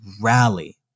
rally